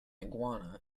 iguana